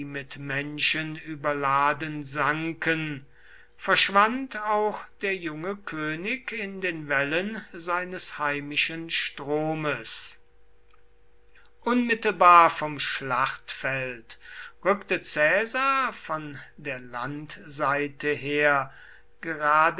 mit menschen überladen sanken verschwand auch der junge könig in den wellen seines heimischen stromes unmittelbar vom schlachtfeld rückte caesar von der landseite her